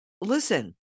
listen